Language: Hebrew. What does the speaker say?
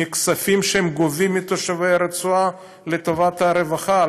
מהכספים שהם גובים מתושבי הרצועה לטובת הרווחה,